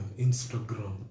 Instagram